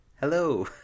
Hello